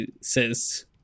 says